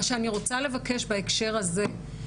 מה שאני רוצה לבקש בהקשר הזה הוא,